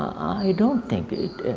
i don't think it.